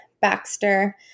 Baxter